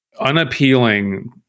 unappealing